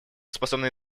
способны